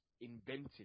invented